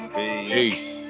Peace